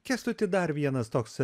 kęstuti dar vienas toks